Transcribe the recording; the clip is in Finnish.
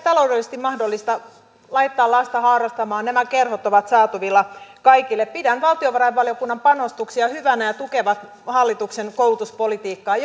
taloudellisesti mahdollista laittaa lasta harrastamaan nämä kerhot ovat saatavilla kaikille pidän valtiovarainvaliokunnan panostuksia hyvinä ja ne tukevat hallituksen koulutuspolitiikkaa